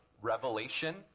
Revelation